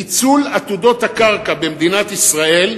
ניצול עתודות הקרקע במדינת ישראל,